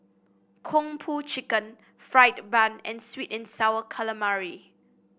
Kung Po Chicken fried bun and sweet and sour calamari